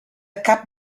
cap